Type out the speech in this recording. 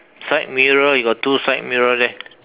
side mirror you got two side mirror there